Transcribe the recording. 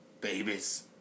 babies